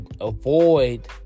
avoid